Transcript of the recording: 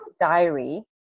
diary